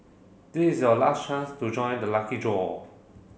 this is your last chance to join the lucky draw